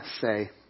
say